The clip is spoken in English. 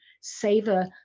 savor